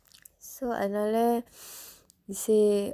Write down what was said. so அதுனால:athunaala he say